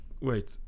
wait